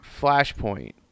Flashpoint